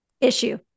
issue